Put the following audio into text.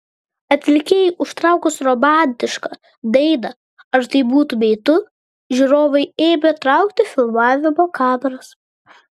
atlikėjui užtraukus romantišką dainą ar tai būtumei tu žiūrovai ėmė traukti filmavimo kameras